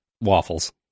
waffles